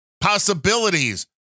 possibilities